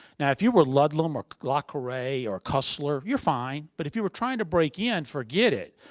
now, if you were ludlum or le carre or cussler, you're fine. but if you were trying to break in, forget it.